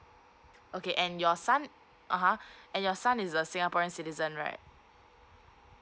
okay and your son (uh huh) and your son is a singaporean citizen right